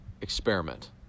experiment